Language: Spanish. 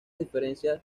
diferencias